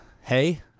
hey